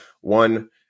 one